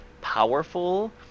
powerful